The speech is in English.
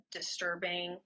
disturbing